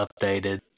updated